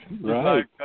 right